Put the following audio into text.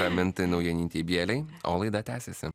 ramintai naujanytei bjelei o laida tęsiasi